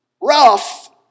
Rough